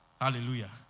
Hallelujah